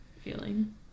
feeling